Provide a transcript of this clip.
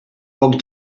poc